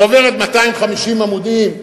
חוברת של 250 עמודים,